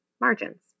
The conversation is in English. margins